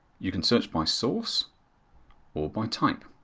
you can search by source or by type.